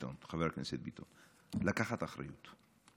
חבר הכנסת ביטון: לקחת אחריות,